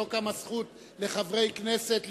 לא קמה זכות לחברי כנסת להתנגד.